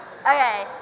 Okay